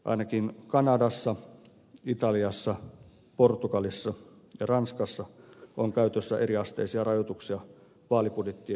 ainakin kanadassa italiassa portugalissa ja ranskassa on käytössä eriasteisia rajoituksia vaalibudjettien koolle